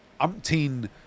umpteen